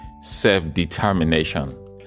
self-determination